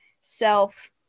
self